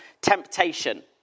temptation